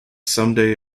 someday